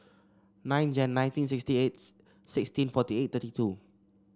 nine Jan nineteen sixty eight sixteen forty eight thirty two